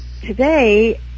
today